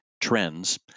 trends